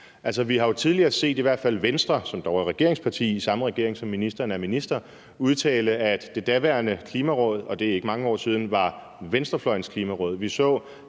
i hvert fald Venstre, som dog er regeringsparti i samme regering som ministeren, udtale, at det daværende Klimaråd – og det er ikke mange